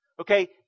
okay